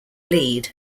lead